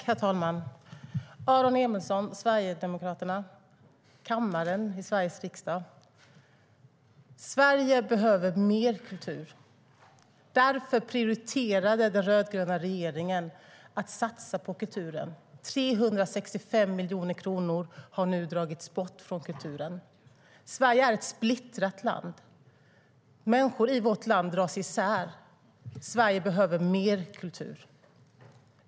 Herr talman! Aron Emilsson, Sverigedemokraterna! Ledamöter i Sveriges riksdag! Sverige behöver mer kultur. Därför prioriterade den rödgröna regeringen att satsa på kulturen. 365 miljoner kronor har nu dragits bort från kulturen. Sverige är ett splittrat land. Människor i vårt land dras isär. Sverige behöver mer kultur.